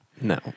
No